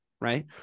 Right